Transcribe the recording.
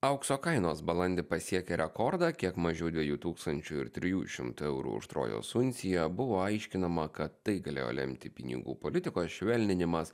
aukso kainos balandį pasiekė rekordą kiek mažiau dviejų tūkstančių trijų šimtų eurų už trojos unciją buvo aiškinama kad tai galėjo lemti pinigų politikos švelninimas